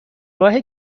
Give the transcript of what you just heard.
راه